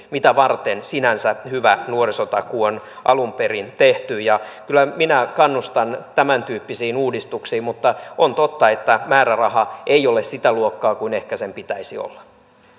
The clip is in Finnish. mitä varten sinänsä hyvä nuorisotakuu on alun perin tehty ja kyllä minä kannustan tämäntyyppisiin uudistuksiin mutta on totta että määräraha ei ole sitä luokkaa kuin sen ehkä pitäisi olla